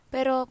Pero